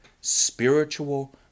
spiritual